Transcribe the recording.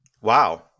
Wow